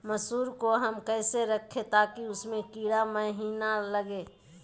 मसूर को हम कैसे रखे ताकि उसमे कीड़ा महिना लगे?